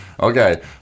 okay